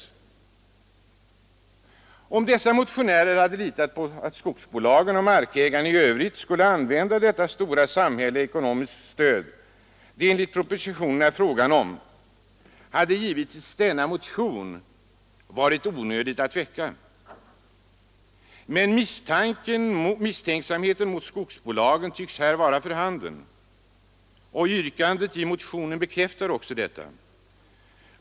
Om motionärerna hade litat på att skogsbolagen och markägarna i övrigt skulle använda det stora samhälleliga ekonomiska stöd som det enligt propositionen är fråga om, hade givetvis denna motion varit onödig att väcka. Men misstänksamhet mot skogsbolagen tycks här vara för handen. Yrkandet i motionen bekräftar detta.